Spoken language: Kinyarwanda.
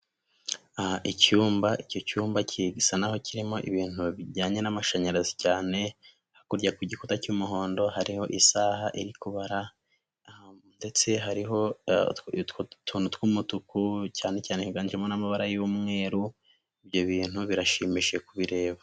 Icyumba icyo cyumba gisa n'aho kirimo ibintu bijyanye n'amashanyarazi cyane, hakurya ku gikuta cy'umuhondo hariho isaha iri kubara, ndetse hariho utuntu tw'umutuku cyane cyane higanjemo n'amabara y'umweru, ibyo bintu birashimishije kubireba.